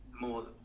more